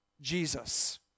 Jesus